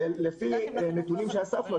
לפי נתונים שאספנו,